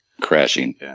crashing